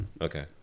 Okay